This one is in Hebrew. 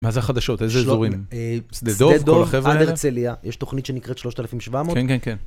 מה זה החדשות? איזה אזורים? שדה דוב, על הרצליה, יש תוכנית שנקראת 3,700.